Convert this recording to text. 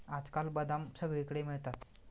आजकाल बदाम सगळीकडे मिळतात